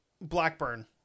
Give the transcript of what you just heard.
Blackburn